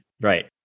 right